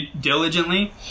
diligently